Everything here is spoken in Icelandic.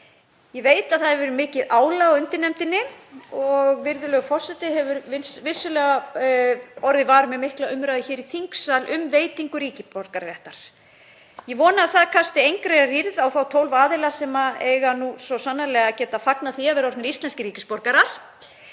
Ég veit að mikið álag hefur verið á undirnefndinni og virðulegur forseti hefur vissulega orðið var við mikla umræðu hér í þingsal um veitingu ríkisborgararéttar. Ég vona að það kasti engri rýrð á þá 12 aðila sem eiga nú svo sannarlega að geta fagnað því að vera orðnir íslenskir ríkisborgarar.